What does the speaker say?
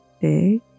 big